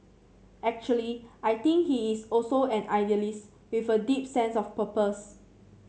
actually I think he is also an idealist with a deep sense of purpose